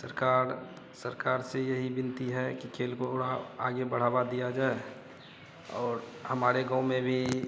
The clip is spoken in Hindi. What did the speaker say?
सरकार सरकार से यही विनती है कि खेल को थोड़ा आगे बढ़ावा दिया जाए और हमारे गाँव में भी